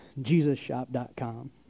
Jesusshop.com